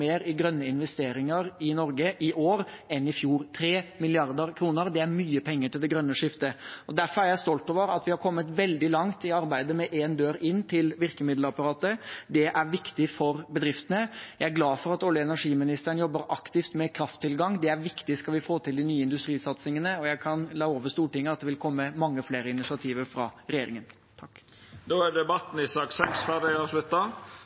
i grønne investeringer i Norge i år enn i fjor. 3 mrd. kr er mye penger til det grønne skiftet. Derfor er jeg stolt over at vi har kommet veldig langt i arbeidet med én dør inn til virkemiddelapparatet. Det er viktig for bedriftene. Jeg er glad for at olje- og energiministeren jobber aktivt med krafttilgang. Det er viktig, skal vi få til de nye industrisatsingene. Jeg kan love Stortinget at det vil komme mange flere initiativer fra regjeringen. Då er debatten i sak nr. 6 avslutta.